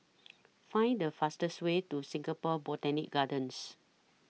Find The fastest Way to Singapore Botanic Gardens